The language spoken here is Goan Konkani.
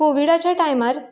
कोविडाचे टायमार